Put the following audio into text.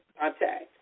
contact